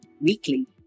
weekly